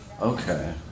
Okay